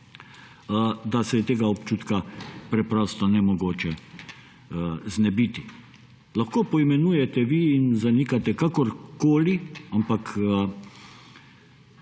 da se je tega občutka preprosto nemogoče znebiti. Lahko poimenujete vi in zanikate kakorkoli, ampak